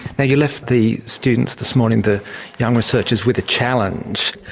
now you left the students this morning, the young researchers, with a challenge.